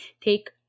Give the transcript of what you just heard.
take